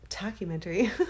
documentary